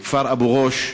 לכפר אבו-גוש.